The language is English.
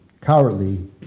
Cowardly